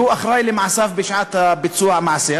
והוא היה אחראי למעשיו בשעת ביצוע המעשה,